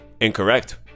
incorrect